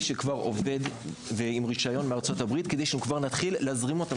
שכבר עובד עם רישיון מארצות-הברית כדי שכבר נתחיל להזרים אותם